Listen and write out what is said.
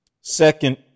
Second